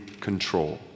control